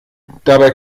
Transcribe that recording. dabei